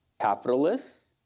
Capitalists